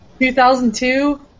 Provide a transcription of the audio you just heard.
2002